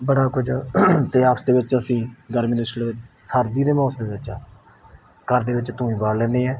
ਬੜਾ ਕੁਝ ਅਤੇ ਆਪਸ ਦੇ ਵਿੱਚ ਅਸੀਂ ਗਰਮੀ ਦੇ ਸਰਦੀ ਦੇ ਮੌਸਮ ਵਿੱਚ ਘਰ ਦੇ ਵਿੱਚ ਧੂਣੀ ਬਾਲ ਲੈਂਦੇ ਹਾਂ